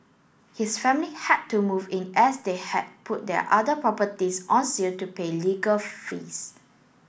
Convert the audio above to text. his family had to move in as they had put their other properties on sale to pay legal fees